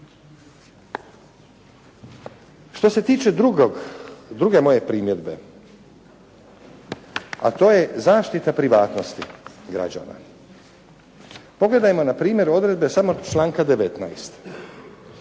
Što se tiče drugog, druge moje primjedbe a to je zaštita privatnosti građana. Pogledajmo na primjer odredbe samo članka 19.,